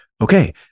Okay